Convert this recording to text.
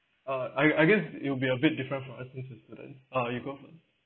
uh I I guess it will be a bit different from us since we're student uh you go first